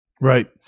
Right